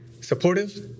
supportive